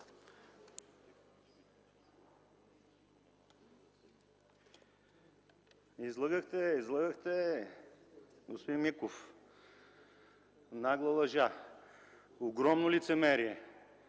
Излъгахте, излъгахтее, господин Миков! Нагла лъжа! Огромно лицемерие!